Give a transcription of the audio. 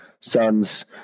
son's